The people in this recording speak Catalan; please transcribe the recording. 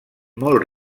molt